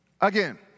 Again